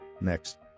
next